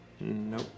Nope